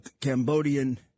Cambodian